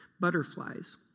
butterflies